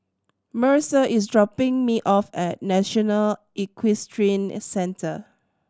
Mercer is dropping me off at National Equestrian Centre